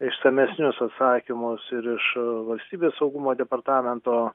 išsamesnius atsakymus ir iš valstybės saugumo departamento